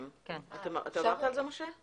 אתה עברת על זה, משה?